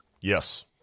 Yes